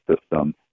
system